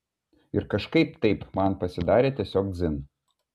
ir kažkaip taip man pasidarė tiesiog dzin